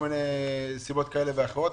וסיבות כאלה ואחרות.